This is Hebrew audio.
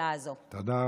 תודה רבה.